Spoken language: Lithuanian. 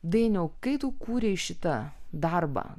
dainiau kai tu kūrei šitą darbą